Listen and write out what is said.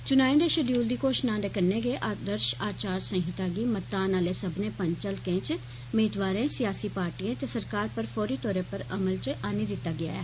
चुनाएं दे श्डयूल दी घोषणा दे कन्नै गै आदर्श आचार संहिता गी मतदान आले सब्बनें पंच हलकें इच मेदवारें सियासी पार्टीयें ते सरकार पर फौरी तौरे पर अमल इच आन्नी दित्ता गेया ऐ